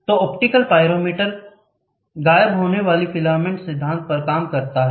तो optical pyrometer गायब होने वाले फिलामेंट सिद्धांत पर काम करता है